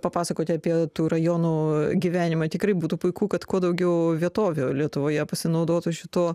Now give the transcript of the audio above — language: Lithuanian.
papasakoti apie tų rajonų gyvenimą tikrai būtų puiku kad kuo daugiau vietovių lietuvoje pasinaudotų šituo